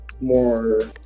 more